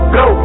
go